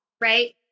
right